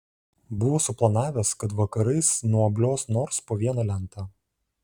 buvo suplanavęs kad vakarais nuobliuos nors po vieną lentą